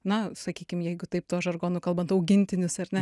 na sakykim jeigu taip tuo žargonu kalbant augintinius ar ne